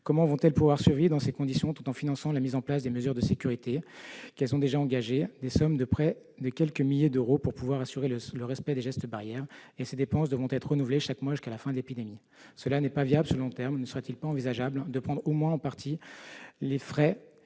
Comment pourront-elles survivre dans ces conditions, tout en finançant la mise en place des mesures de sécurité ? Elles ont déjà engagé des sommes correspondant à quelques milliers d'euros pour assurer le respect des gestes barrières. Ces dépenses devront être renouvelées chaque mois jusqu'à la fin de l'épidémie. Cela n'est pas viable sur le long terme. Ne serait-il pas envisageable de prendre au moins en partie en charge